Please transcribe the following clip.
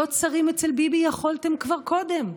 להיות שרים אצל ביבי יכולתם כבר קודם.